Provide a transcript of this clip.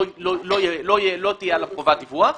לא תהיה עליו חובת דיווח.